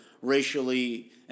racially